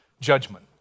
judgment